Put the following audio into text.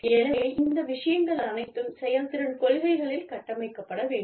எனவே இந்த விஷயங்கள் அனைத்தும் செயல்திறன் கொள்கைகளில் கட்டமைக்கப்பட வேண்டும்